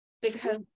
because-